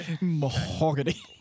Mahogany